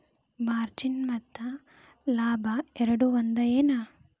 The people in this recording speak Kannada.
ಮಾರ್ಜಿನ್ ಮತ್ತ ಲಾಭ ಎರಡೂ ಒಂದ ಏನ್